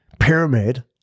pyramid